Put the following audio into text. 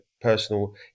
personal